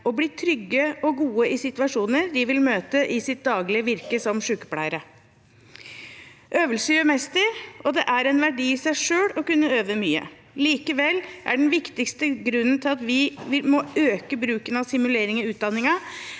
og bli trygge og gode i situasjoner de vil møte i sitt daglige virke som sykepleiere. Øvelse gjør mester, og det er en verdi i seg selv å kunne øve mye. Likevel er den viktigste grunnen til at vi må øke bruken av simulering i utdanningen,